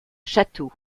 chateau